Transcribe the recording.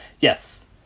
Yes